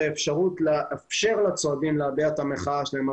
האפשרות לאפשר לצועדים להביע את המחאה שלהם.